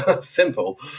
Simple